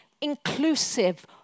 inclusive